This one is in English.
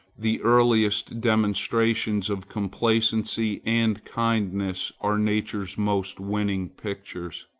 the earliest demonstrations of complacency and kindness are nature's most winning pictures.